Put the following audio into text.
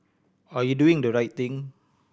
are you doing the right thing